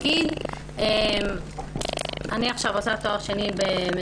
אני למשל עושה עכשיו תואר שני במדיניות